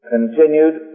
Continued